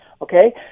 okay